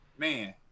Man